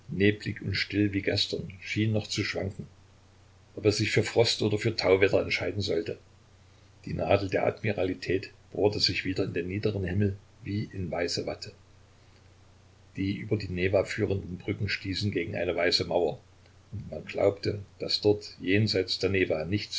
und still wie gestern schien noch zu schwanken ob er sich für frost oder für tauwetter entscheiden solle die nadel der admiralität bohrte sich wieder in den niederen himmel wie in weiße watte die über die newa führenden brücken stießen gegen eine weiße mauer und man glaubte daß dort jenseits der newa nichts